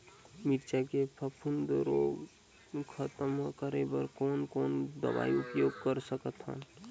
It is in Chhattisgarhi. मिरचा के फफूंद रोग खतम करे बर कौन कौन दवई उपयोग कर सकत हन?